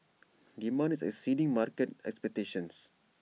demand is exceeding market expectations